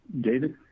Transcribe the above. David